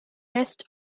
rest